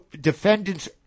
defendants